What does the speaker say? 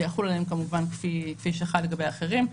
זה כמובן יחול עליהם כפי שחל לגבי אחרים.